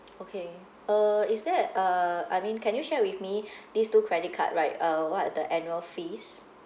okay uh is there a I mean can you share with me these two credit card right uh what are the annual fees